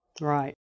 right